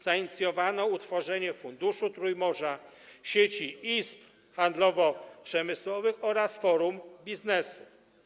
Zainicjowano utworzenie Funduszu Trójmorza, sieci izb handlowo-przemysłowych oraz forum biznesu.